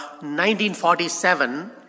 1947